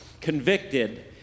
convicted